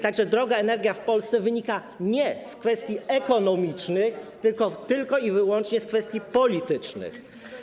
Tak że droga energia w Polsce wynika nie z kwestii ekonomicznych, tylko wyłącznie z kwestii politycznych.